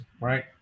right